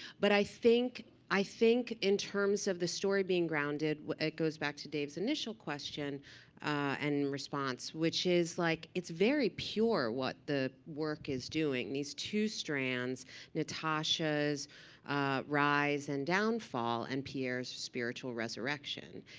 but i think i think in terms of the story being grounded, it goes back to dave's initial question and response, which is like it's very pure what the work is doing. these two strands natasha's rise and downfall and pierre's spiritual resurrection.